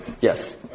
Yes